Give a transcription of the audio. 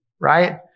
right